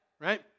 right